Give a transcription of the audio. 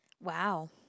Wow